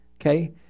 okay